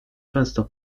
często